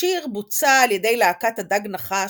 השיר בוצע על ידי להקת "הדג נחש"